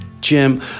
Jim